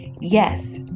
yes